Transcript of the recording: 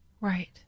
right